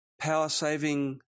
power-saving